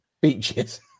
beaches